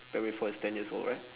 primary four is ten years old right